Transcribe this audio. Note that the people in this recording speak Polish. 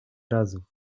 razów